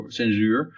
censuur